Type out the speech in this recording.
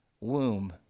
womb